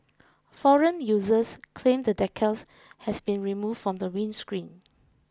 forum users claimed the decal has been removed from the windscreen